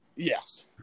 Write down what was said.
Yes